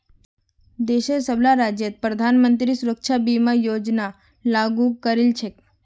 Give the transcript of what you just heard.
देशेर सबला राज्यत प्रधानमंत्री सुरक्षा बीमा योजना लागू करील छेक